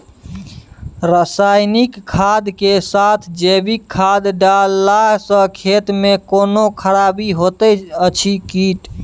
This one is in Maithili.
रसायनिक खाद के साथ जैविक खाद डालला सॅ खेत मे कोनो खराबी होयत अछि कीट?